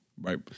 right